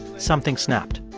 something snapped.